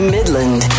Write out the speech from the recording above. Midland